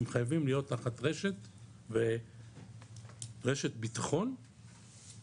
הם חייבים להיות תחת רשת בטחון ולא